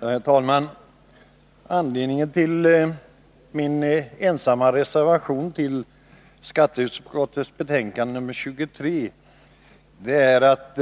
Herr talman! Anledningen till min ensamma reservation till skatteutskottets betänkande 23 är att